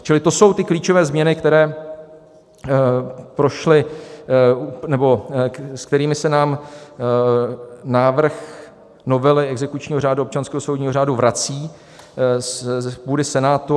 Čili to jsou ty klíčové změny, které prošly nebo s kterými se nám návrh novely exekučního řádu občanského soudního řádu vrací z půdy Senátu.